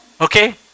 Okay